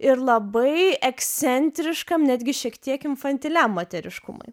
ir labai ekscentriškam netgi šiek tiek infantiliam moteriškumui